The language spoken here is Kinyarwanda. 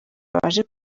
baje